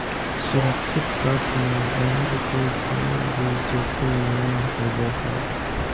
सुरक्षित कर्ज में बैंक के कोय भी जोखिम नय होबो हय